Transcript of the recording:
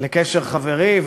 לקשר חברי,